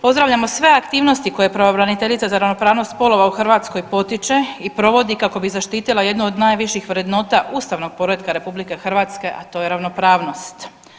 Pozdravljamo sve aktivnosti koje pravobraniteljica za ravnopravnost spolova u Hrvatskoj potiče i provodi kako bi zaštitila jednu od najviših vrednota ustavnog poretka RH, a to je ravnopravnost.